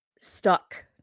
stuck